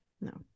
No